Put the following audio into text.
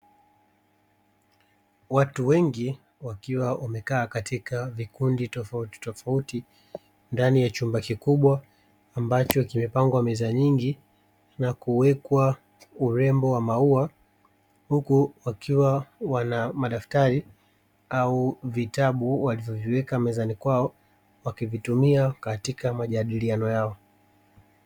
Watu wengi wakiwa wamekaa katika vikundi tofautitofauti, ndani ya chumba kikubwa ambacho kimepangwa meza nyingi na kuwekwa urembo wa maua, huku wakiwa wana madaftari au vitabu walivyoviweka mezani kwao wakivitumia katika majadiliano yao.